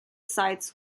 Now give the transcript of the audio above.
sites